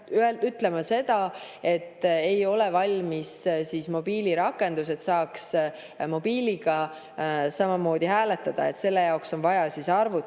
ütlema seda, et ei ole valmis mobiilirakendused, et saaks mobiiliga samamoodi hääletada. Selle jaoks on vaja arvutit.